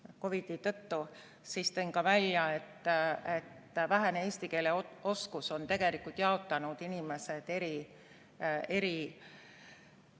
COVID-i tõttu, siis tõin ma välja, et vähene eesti keele oskus on tegelikult jaotanud inimesed eri